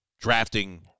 drafting